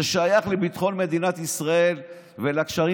זה שייך לביטחון מדינת ישראל ולקשרים